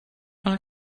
ale